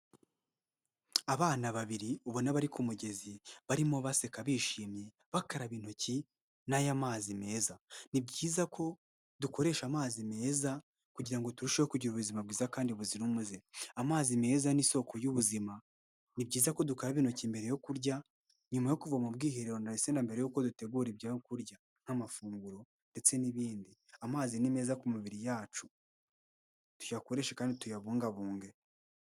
Abana babiri ubona abari ku mugezi, barimo baseka bishimye, bakaraba intoki n'aya mazi meza. Ni byiza ko dukoresha amazi meza kugira ngo turusheho kugira ubuzima bwiza kandi buzira umuze. Amazi meza ni isoko y'ubuzima. Ni byiza ko dukaraba intoki mbere yo kurya, nyuma yo kuva mu bwiherero ndetse na mbere yuko dutegura ibyo kurya nk'amafunguro ndetse n'ibindi. Amazi ni meza ku mibiri yacu, tuyakoreshe kandi tuyabungabunge.